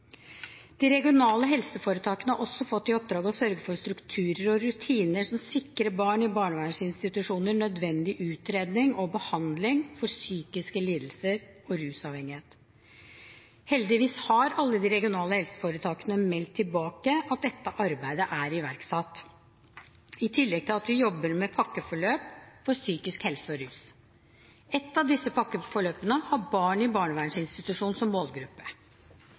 De regionale helseforetakene har også fått i oppdrag å sørge for strukturer og rutiner som sikrer barn i barnevernsinstitusjoner nødvendig utredning og behandling for psykiske lidelser og rusavhengighet. Heldigvis har alle de regionale helseforetakene meldt tilbake at dette arbeidet er iverksatt, i tillegg til at vi jobber med pakkeforløp for psykisk helse og rus. Ett av disse pakkeforløpene har barn i barnevernsinstitusjon som målgruppe.